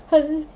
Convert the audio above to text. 很